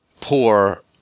poor